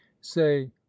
say